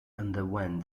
underwent